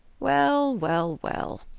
well well well.